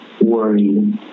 worry